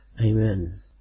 Amen